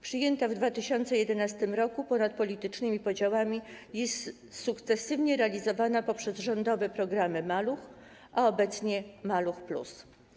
Przyjęta w 2011 r. ponad politycznymi podziałami jest sukcesywnie realizowana poprzez rządowe programy „Maluch”, a obecnie „Maluch+”